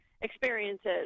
experiences